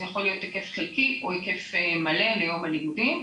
זה יכול להיות היקף חלקי או היקף מלא ליום הלימודים.